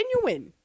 genuine